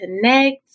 connect